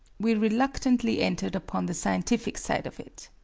we reluctantly entered upon the scientific side of it.